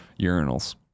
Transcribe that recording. urinals